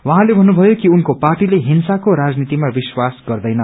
उहाँले भत्रुथयो कि उनको पार्टी हिंसको राजनीतिमा विश्वास ग्दैन